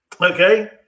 Okay